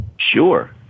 Sure